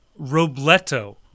Robleto